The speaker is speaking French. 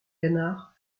canards